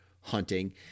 hunting